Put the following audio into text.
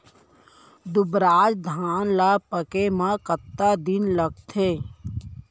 दुबराज धान ला पके मा कतका दिन लगथे?